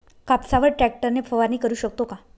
कापसावर ट्रॅक्टर ने फवारणी करु शकतो का?